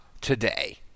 today